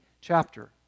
chapter